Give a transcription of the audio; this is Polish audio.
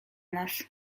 nas